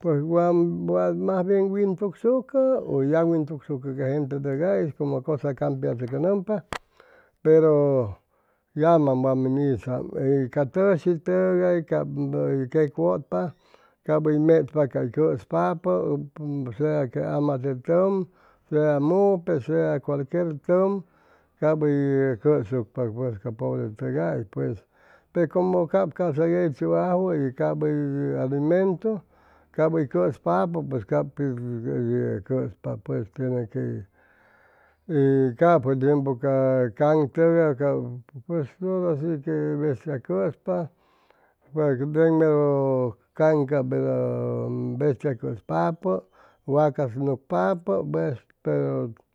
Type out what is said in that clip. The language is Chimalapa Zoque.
pʉj wa wa mas bien winpʉcsucʉ ʉy yagwintugsucʉ ca gente tʉgais como cosa campiachʉcʉnʉmpa pero yamam wa min hizam te ca tʉshi tʉgay ap hʉy queqwʉtpa cap hʉy mechpa ca cʉspapʉ sea que amate tʉm sea mupe sea cualquier tʉm cap hʉy cʉsucpa pues ca pobretʉgais pues pe como cap ca'sa cap hʉy alimentu cap hʉy cʉspapʉ pues cap pi hʉy cʉspa pues tiene que capʉ tiempu a can tʉga cap pues hora shi que bestia cʉspa can cap bestia cʉspapʉ wacas nucpapʉ